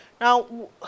Now